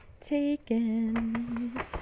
Taken